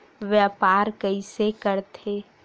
व्यापार कइसे करथे?